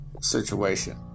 situation